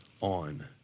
on